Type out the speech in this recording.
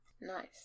nice